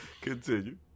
Continue